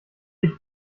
ich